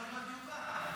אני מעמיד דברים על דיוקם.